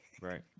Right